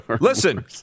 listen